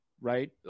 right